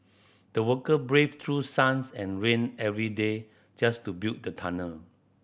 the worker braved through suns and rain every day just to build the tunnel